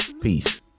Peace